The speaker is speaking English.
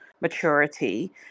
maturity